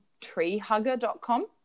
treehugger.com